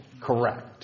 Correct